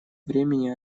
времени